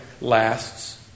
lasts